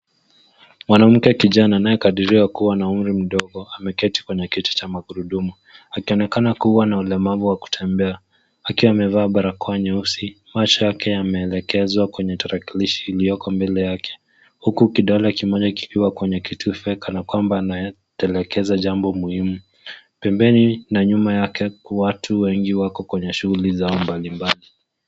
Mwanamke kijana anayekadiriwa kuwa na umri mdogo ameketi kwenye kiti cha magurudumu akionekana kuwa na ulemavu wa kutembea, akiwa amevaa barakoa nyeusi macho yake yamelekezwa kwenye tarakilishi iliyoko mbele yake, huku kidole kimoja kikiwa kwenye kitufe, kanakwamba anatelekeza jambo muhimu pembeni na nyuma yake watu wengi wako kwenye shughuli zao mbalimbali.